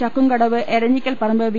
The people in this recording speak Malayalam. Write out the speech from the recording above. ചക്കുംകടവ് എരുഞ്ഞിക്കൽപറമ്പ് വി